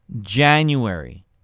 January